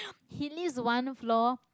his lived one floor